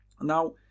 now